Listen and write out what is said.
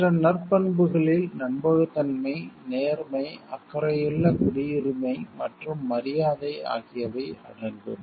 மற்ற நற்பண்புகளில் நம்பகத்தன்மை நேர்மை அக்கறையுள்ள குடியுரிமை மற்றும் மரியாதை ஆகியவை அடங்கும்